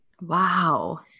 Wow